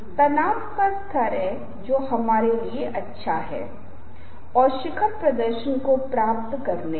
अब मैं आपके साथ इस तथ्य को साझा करता हूं कि मेरे छात्रों द्वारा मुझसे अक्सर यह सवाल पूछा जाता है